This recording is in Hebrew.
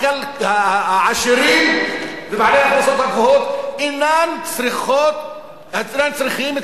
העשירים ובעלי ההכנסות הגבוהות אינם צריכים את